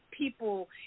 People